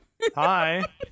Hi